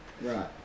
Right